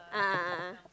a'ah a'ah